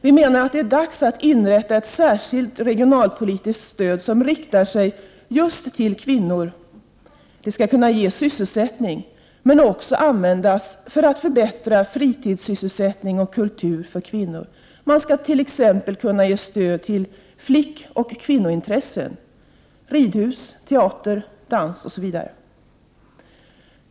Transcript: Vi menar också att det är dags att inrätta ett särskilt regionalpolitiskt stöd som riktar sig just till kvinnor. Det skall kunna ge sysselsättning, men det skall också kunna användas för förbättringar när det gäller fritidssysselsättningar och kultur för kvinnor. Man skall t.ex. kunna ge stöd till flickoch kvinnointressen — ridhus, teater, dans osv.